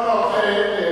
רבותי,